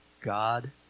God